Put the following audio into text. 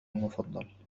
المفضل